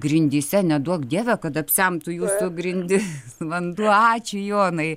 grindyse neduok dieve kad apsemtų jūsų grindis vanduo ačiū jonai